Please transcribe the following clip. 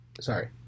sorry